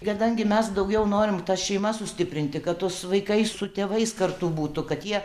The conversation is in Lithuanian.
kadangi mes daugiau norim tas šeimas sustiprinti kad vaikai su tėvais kartu būtų kad jie